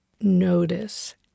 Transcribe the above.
notice